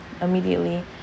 immediately